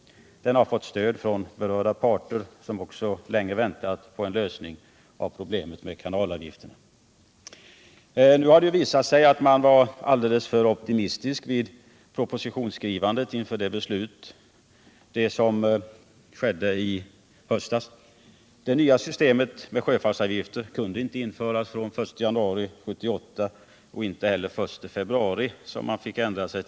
Den har fått stöd av berörda parter, som också länge väntat på en lösning av problemet med kanalavgifterna. Nu har det ju visat sig att man var alltför optimistisk vid propositionskrivandet inför det beslut som skulle fattas i höstas. Det nya systemet med sjöfartsavgifter kunde inte införas fr.o.m. den 1 januari 1978 och inte heller fr.o.m. den 1 februari, som man ändrade till.